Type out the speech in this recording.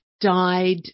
died